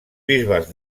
bisbes